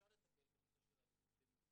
בנושא של אלימות.